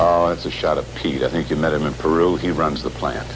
it's a shot of pete i think you met him in peru he runs the plant